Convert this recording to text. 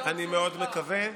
אני מאוד מקווה.